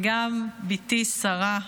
וגם בתי שרה,